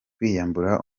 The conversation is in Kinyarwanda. kwiyambura